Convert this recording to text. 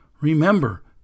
Remember